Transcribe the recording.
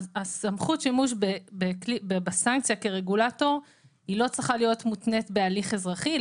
סמכות השימוש בסנקציה כרגולטור לא צריכה להיות מותנית בהליך אזרחי,